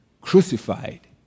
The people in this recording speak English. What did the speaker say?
crucified